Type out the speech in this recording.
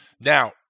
Now